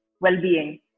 well-being